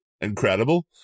incredible